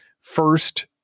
First